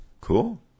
cool